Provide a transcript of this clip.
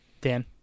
dan